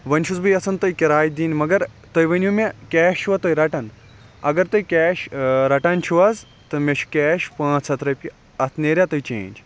وۄنۍ چھُس بہٕ یَژھان تۄہہِ کِراے دِنۍ مگر تُہُۍ ؤنِو مےٚ کیش چھِوا تُہُۍ رَٹان اگر تُہُۍ کیش رَٹان چھِو حظ تہٕ مےٚ چھُ کیش پانٛژھ ہَتھ رۄپیہٕ اَتھ نیریا تۄہہِ چیٚنٛج